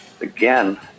Again